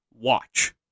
watch